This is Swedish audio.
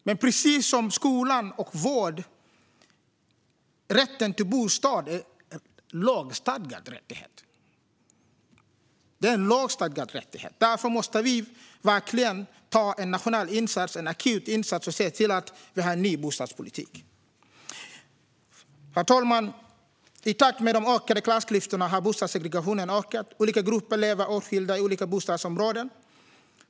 Precis som rätten till skola och vård är rätten till en bostad en lagstadgad rättighet. Därför måste vi göra en nationell insats - en akut insats - och se till att vi får en ny bostadspolitik. Herr talman! I takt med de ökade klassklyftorna har bostadssegregationen ökat. Olika grupper lever åtskilda i olika bostadsområden.